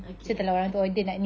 okay